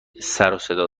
سروصدا